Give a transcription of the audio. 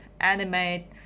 anime